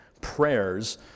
prayers